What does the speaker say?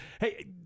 Hey